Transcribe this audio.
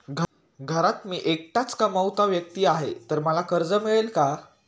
घरात मी एकटाच कमावता व्यक्ती आहे तर मला कर्ज मिळेल का?